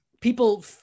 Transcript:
people